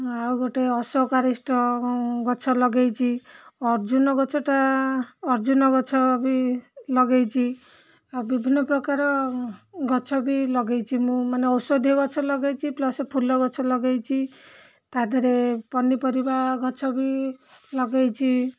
ଆଉ ଗୋଟିଏ ଅଶୋକାରିଷ୍ଟ ଗଛ ଲଗେଇଛି ଅର୍ଜୁନ ଗଛଟା ଅର୍ଜୁନ ଗଛ ବି ଲଗେଇଛି ଆଉ ବିଭିନ୍ନ ପ୍ରକାର ଗଛ ବି ଲଗେଇଛି ମୁଁ ମାନେ ଔଷଧୀୟ ଗଛ ଲଗେଇଛି ପ୍ଲସ୍ ଫୁଲ ଗଛ ଲଗେଇଛି ତା' ଦେହରେ ପନିପରିବା ଗଛ ବି ଲଗେଇଛି